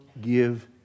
give